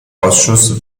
ausschuss